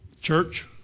Church